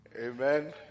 Amen